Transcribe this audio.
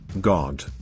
God